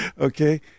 Okay